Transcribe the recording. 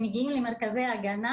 אלה שמגיעים למרכזי ההגנה,